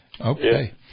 Okay